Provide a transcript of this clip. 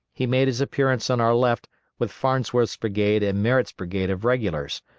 he made his appearance on our left with farnsworth's brigade and merritt's brigade of regulars,